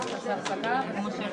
הצבעה אושר